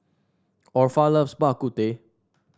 Orpha loves Bak Kut Teh